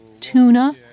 tuna